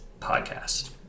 podcast